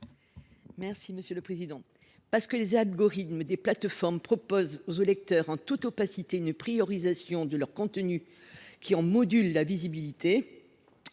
Mme Monique de Marco. Parce que les algorithmes des plateformes proposent aux lecteurs, en toute opacité, une priorisation de leurs contenus qui modulent la visibilité